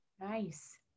nice